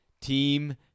Team